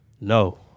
No